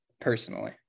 personally